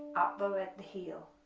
up bow at the heel